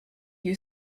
you